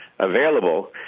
available